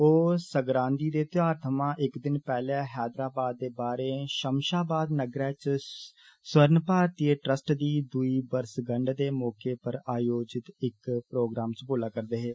ओह् सक्रांति दे त्यौहार थमां इक दिन पैहले हैदराबाद दे बाहरे षमषाबाद नग्गरै च स्वर्ण भारतीय ट्रंस दी दूई बर्शगंठ दे मौके आयोजित इक प्रोग्राम च बोला करदे हे